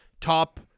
top